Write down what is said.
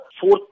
fourth